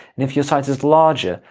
and if your site is larger,